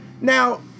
Now